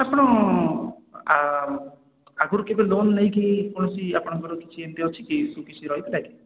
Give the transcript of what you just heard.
ଆପଣ ଆଗରୁ କେବେ ଲୋନ୍ ନେଇକି କୌଣସି ଆପଣଙ୍କର କିଛି ଏମିତି ଅଛି କି କିଛି ରହିଥିଲା କି